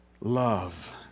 love